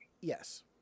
yes